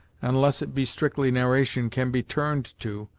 unless it be strictly narration, can be turned to,